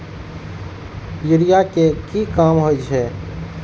Urea के की काम होई छै?